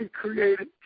created